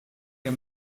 der